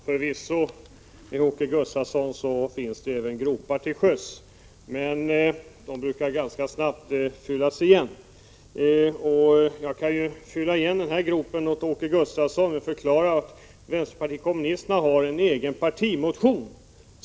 Herr talman! Det finns förvisso gropar även till sjöss, men de brukar ganska snabbt fyllas igen. Jag kan fylla igen den här gropen åt Åke Gustavsson genom att förklara att vänsterpartiet kommunisterna har en partimotion.